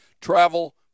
Travel